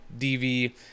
DV